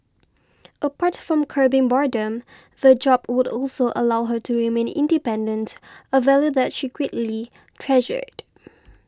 apart from curbing boredom the job would also allow her to remain independent a value that she greatly treasured